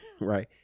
right